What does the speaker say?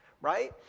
right